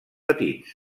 petits